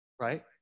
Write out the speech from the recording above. right